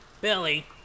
Billy